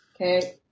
Okay